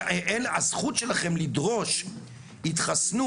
אמנם עם חלק מהדברים אני מסכימה ועם חלקם